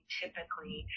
typically